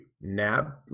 nab